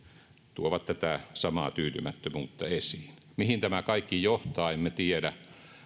tuovat tätä samaa tyytymättömyyttä esiin mihin tämä kaikki johtaa emme tiedä